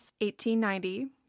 1890